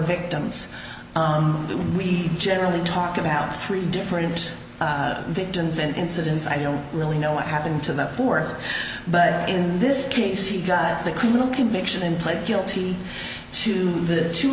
victims we generally talk about three different victims and incidents i don't really know what happened to the fourth but in this case he got the criminal conviction and pled guilty to t